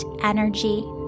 energy